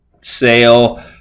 sale